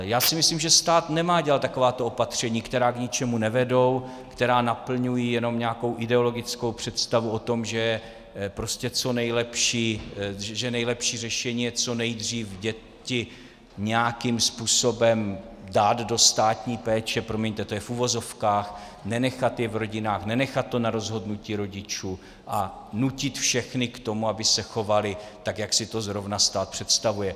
Já si myslím, že stát nemá dělat takováto opatření, která k ničemu nevedou, která naplňují jenom nějakou ideologickou představu o tom, že nejlepší řešení je co nejdřív děti nějakým způsobem dát do státní péče, promiňte, to je v uvozovkách, nenechat je v rodinách, nenechat to na rozhodnutí rodičů a nutit všechny k tomu, aby se chovali tak, jak si to zrovna stát představuje.